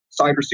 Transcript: cybersecurity